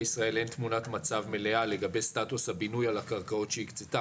ישראל אין תמונת מצב מלאה לגבי סטטוס הבינוי על הקרקעות שהיא הקצתה,